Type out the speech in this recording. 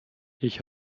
ich